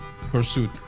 pursuit